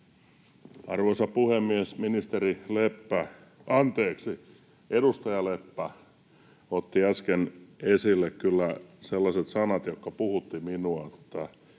Arvoisa puhemies! Edustaja Leppä otti äsken esille kyllä sellaiset sanat, jotka puhuttivat minua: